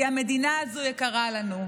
כי המדינה הזו יקרה לנו.